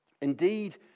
Indeed